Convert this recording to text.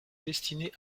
destiné